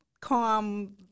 calm